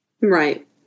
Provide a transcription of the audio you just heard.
Right